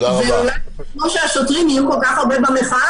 במקום שהשוטרים יהיו כל כך הרבה במחאה,